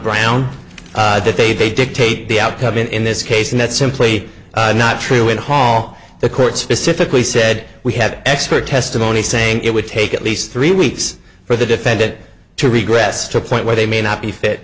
brown that they dictate the outcome in this case and that's simply not true in hall the court specifically said we had expert testimony saying it would take at least three weeks for the defend it to regress to a point where they may not be fit